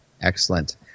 excellent